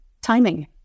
Timing